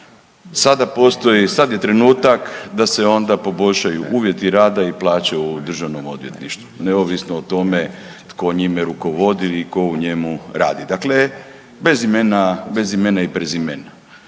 sada je trenutak da se onda poboljšaju uvjeti rada i plaće u državnom odvjetništvu, neovisno o tome tko njime rukovodi i tko u njemu radi, dakle, bez imena i prezimena